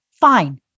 fine